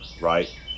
right